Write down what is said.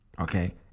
okay